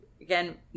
Again